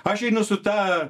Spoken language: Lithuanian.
aš einu su ta